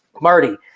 Marty